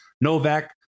Novak